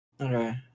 Okay